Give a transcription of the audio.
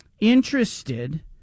interested